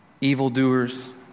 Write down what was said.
evildoers